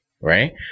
right